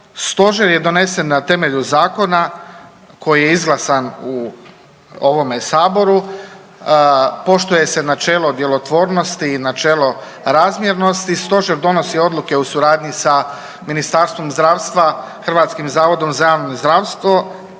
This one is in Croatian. Stožer je donesen na temelju zakona koji je izglasan u ovome Saboru, poštuje se načelo djelotvornosti i načelo razmjernosti, Stožer donosi odluke u suradnji sa Ministarstvom zdravstva, HZJZ-om pod izravnim nadzorom